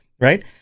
right